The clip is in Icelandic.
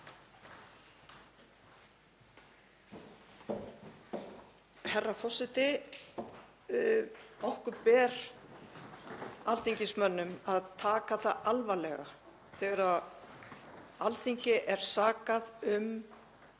Herra forseti. Okkur ber, alþingismönnum, að taka það alvarlega þegar Alþingi er sakað um